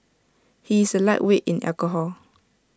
he is A lightweight in alcohol